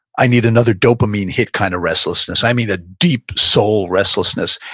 i need another dopamine hit kind of restlessness, i mean that deep soul restlessness.